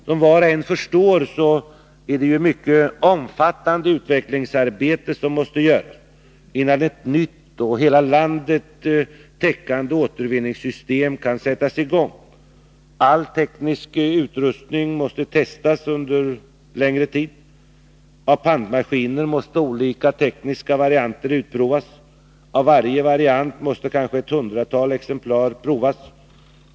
Som var och en förstår är det ett mycket omfattande utvecklingsarbete som måste göras innan ett nytt och hela landet täckande återvinningssystem kan sättas i gång. All teknisk utrustning måste testas under längre tid. Av pantmaskiner måste olika tekniska varianter utprovas. Av varje variant måste kanske ett hundratal exemplar provas.